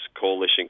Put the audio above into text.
coalition